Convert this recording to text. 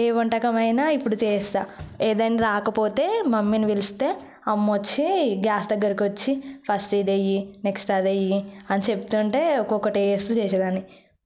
ఏ వంటకం అయినా ఇప్పుడు చేస్తా ఏదన్నా రాకపోతే మమ్మీని పిలిస్తే అమ్మ వచ్చి గ్యాస్ దగ్గరకు వచ్చి ఫస్ట్ ఇది వేయి నెక్స్ట్ అది వేయి అని చెప్తుంటే ఒక్కొక్కటి వేస్తు చేసేదాన్ని